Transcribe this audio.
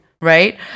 right